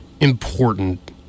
important